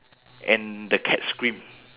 and the cat scream